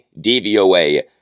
DVOA